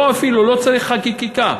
אפילו לא צריך חקיקה,